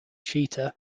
cheetah